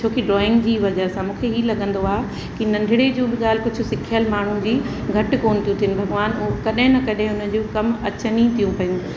छो की ड्रॉइंग जी वज़ह सां मूंखे हीअ लॻंदो आहे की नंढणे जूं बि ॻाल्हि कुझु सिखयल माण्हू जी घटि कोन्ह थियूं थियनि भगवान हू कॾहिं न कॾहिं उन्हनि चू कम अचनि ई थियूं पियूं